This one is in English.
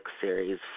series